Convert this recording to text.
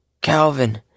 Calvin